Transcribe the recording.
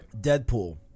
Deadpool